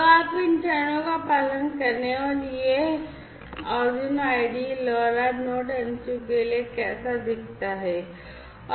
तो आप इन चरणों का पालन करें और यह है कि Arduino IDE LoRa Node MCU के लिए कैसा दिखता है